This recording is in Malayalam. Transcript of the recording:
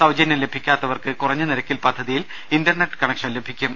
സൌജന്യം ലഭിക്കാത്തവർക്ക് കുറഞ്ഞനിരക്കിൽ പദ്ധതിയിൽ ഇന്റർനെറ്റ് കണക്ഷൻ ലഭിക്കും